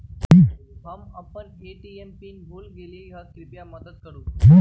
हम अपन ATM pin भूल गेली ह, कृपया मदत करू